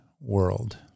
world